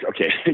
Okay